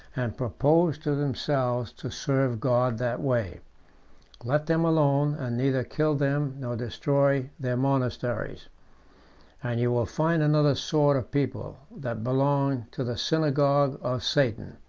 and propose to themselves to serve god that way let them alone, and neither kill them nor destroy their monasteries and you will find another sort of people, that belong to the synagogue of satan,